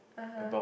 (uh huh)